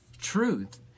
truth